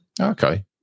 Okay